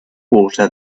water